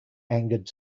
angered